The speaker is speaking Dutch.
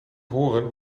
horen